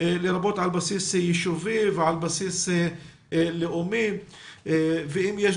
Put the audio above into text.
לרבות על בסיס יישובי ועל בסיס לאומי ואם יש